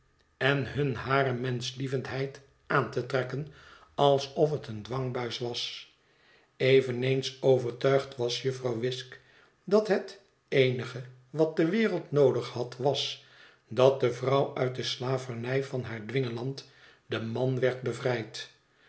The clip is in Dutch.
en hun hare menschlievendheid aan te trekken alsof het een dwangbuis was eveneens overtuigd was jufvrouw wisk dat het eenige wat de wereld noodig had was dat de vrouw uit de slavernij van haar dwingeland den man werd bevrijd